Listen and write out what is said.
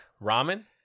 ramen